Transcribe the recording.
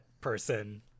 person